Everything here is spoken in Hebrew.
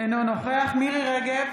אינו נוכח מירי מרים רגב,